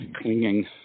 clinging